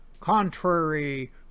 Contrary